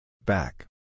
Back